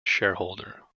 shareholder